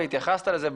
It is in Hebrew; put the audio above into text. והתייחסת לזה,